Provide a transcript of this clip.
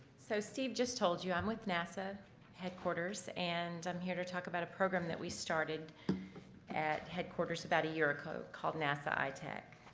so steve just told you i'm with nasa headquarters and i'm here to talk about a program that we started at headquarters about a year ago called nasa itech.